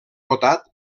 votat